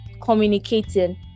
communicating